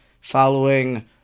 following